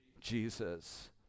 Jesus